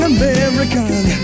American